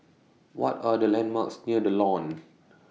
What Are The landmarks near The Lawn